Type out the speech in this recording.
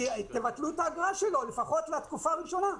תבטלו את האגרה שלו לפחות לתקופה הראשונה,